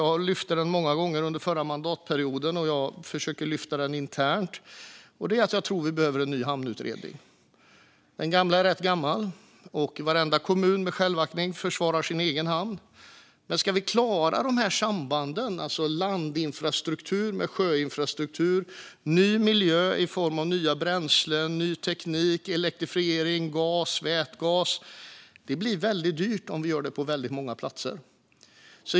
Jag lyfte den många gånger under förra mandatperioden, och jag försöker lyfta den internt. Jag tror att vi behöver en ny hamnutredning. Den gamla är rätt gammal, och varenda kommun med självaktning försvarar sin egen hamn. Frågan är hur vi ska klara dessa samband. Det handlar alltså om landinfrastruktur och sjöinfrastruktur och om ny miljö i form av nya bränslen, ny teknik, elektrifiering, gas och vätgas. Det blir väldigt dyrt om vi gör detta på väldigt många platser.